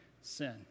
sin